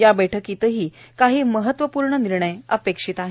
या बैठकीत काही महत्वपूर्ण निर्णय अपेक्षित आहेत